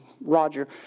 Roger